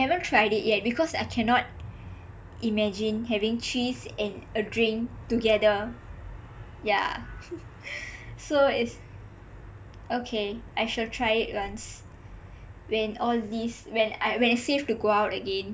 I haven't tried it yet because I cannot imagine having cheese and a drink together yah so is okay I shall try it once when all these when I when it's safe to go out again